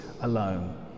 alone